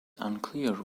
unclear